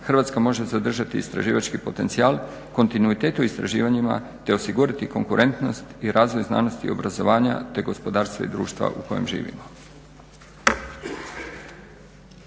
Hrvatska može zadržati istraživački potencijal, kontinuitet u istraživanjima te osigurati konkurentnost i razvoj znanosti i obrazovanja te gospodarstva i društva u kojem živimo.